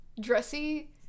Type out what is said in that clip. Dressy